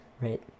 Right